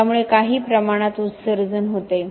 यामुळे काही प्रमाणात उत्सर्जन होते